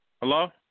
Hello